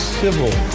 civil